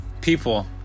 people